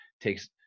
takes